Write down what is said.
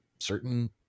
Certain